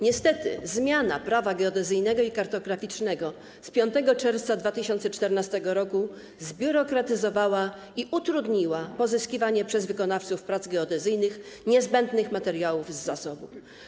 Niestety zmiana Prawa geodezyjnego i kartograficznego z 5 czerwca 2014 r. zbiurokratyzowała i utrudniła pozyskiwanie przez wykonawców prac geodezyjnych niezbędnych materiałów z zasobu.